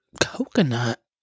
coconut